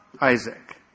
Isaac